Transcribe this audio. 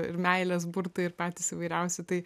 ir meilės burtai ir patys įvairiausi tai